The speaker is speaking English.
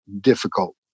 difficult